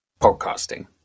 podcasting